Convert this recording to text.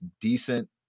decent